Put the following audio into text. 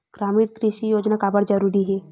ग्रामीण कृषि योजना काबर जरूरी हे?